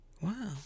Wow